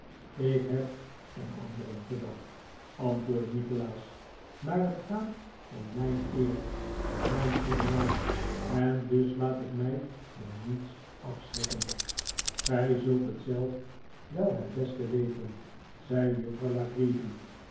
ik heb om anderen gedacht antwoordde nikolaas maar het gaat om mijn eer en mijn goeden naam en dus laat ik mij door niets afschrikken gij zult het zelf wel het beste weten zei juffrouw